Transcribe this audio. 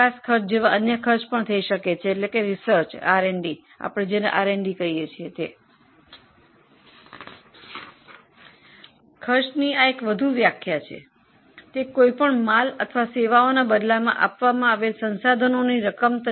ખર્ચની અન્ય વ્યાખ્યા એ છે કે તે કોઈ પણ ઉત્પાદનો અથવા સેવાઓના બદલામાં આપવામાં આવેલા રકમ છે